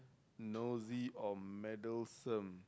nosy or meddlesome